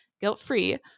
guilt-free